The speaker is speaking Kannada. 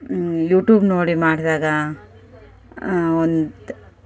ಯೂಟೂಬ್ ನೋಡಿ ಮಾಡಿದಾಗ ಒಂದು